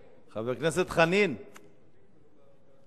חבר הכנסת חנין, סליחה.